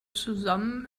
zusammen